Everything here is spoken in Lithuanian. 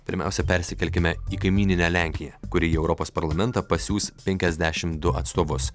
pirmiausia persikelkime į kaimyninę lenkiją kuri į europos parlamentą pasiųs penkiasdešimt du atstovus